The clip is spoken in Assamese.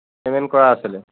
পে'মেণ্ট কৰা আছিলে